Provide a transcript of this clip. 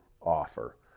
offer